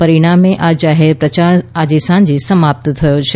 પરિણામે આ જાહેર પ્રચાર આજે સાંજે સમાપ્ત થયો છે